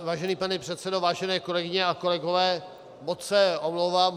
Vážený pane předsedo, vážené kolegyně a kolegové, moc se omlouvám.